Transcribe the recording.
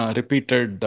repeated